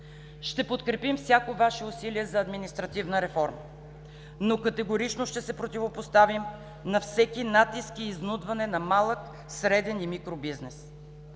Ще подкрепим всяко Ваше усилие за административна реформа, но категорично ще се противопоставим на всеки натиск и изнудване на малък, среден и микро бизнес.